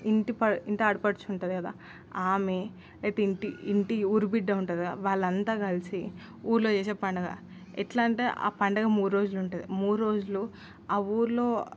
ఇంటి పడు ఇంటి ఆడపడుచు ఉంటుంది కదా ఆమె ఇంటి ఇంటి ఊరి బిడ్డ ఉంటుంది కదా వాళ్లంతా కలిసి ఊరిలో చేసే పండుగ ఎట్లా అంటే ఆ పండుగ మూడు రోజులు ఉంటుంది మూడు రోజులు ఆ ఊరిలో